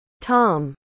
Tom